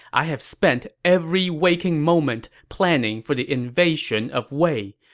i have spent every waking moment planning for the invasion of wei,